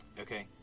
Okay